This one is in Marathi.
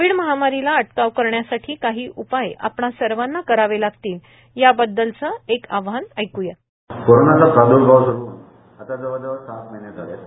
कोविड महामारीला अटकाव करण्यासाठी काही उपाय आपणा सर्वांना करावे लागतील याबद्दल आवाहन एक्या कोरोनाचा प्रादूर्भावाला आता जवळ जवळ सहा महिने झाले आहेत